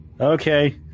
Okay